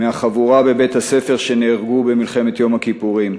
מהחבורה בבית-הספר, שנהרגו במלחמת יום הכיפורים,